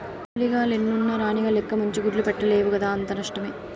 కూలీగ లెన్నున్న రాణిగ లెక్క మంచి గుడ్లు పెట్టలేవు కదా అంతా నష్టమే